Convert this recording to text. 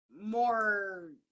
More